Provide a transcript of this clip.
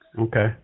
Okay